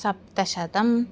सप्तशतम्